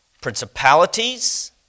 principalities